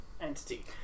entity